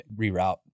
reroute